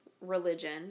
religion